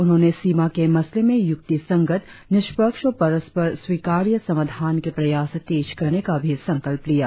उन्होंने सीमा के मसले में युक्तिसंगत निषप्क्ष और परस्पर स्वीकार्य समाधान के प्रयास तेज करने का भी संकल्प लिया